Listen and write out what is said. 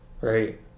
right